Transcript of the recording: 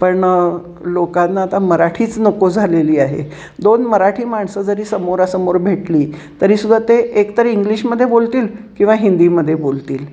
पण लोकांना आता मराठीच नको झालेली आहे दोन मराठी माणसं जरी समोरासमोर भेटली तरीसुद्धा ते एकतर इंग्लिशमध्ये बोलतील किंवा हिंदीमध्ये बोलतील